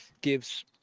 gives